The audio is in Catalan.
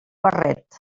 barret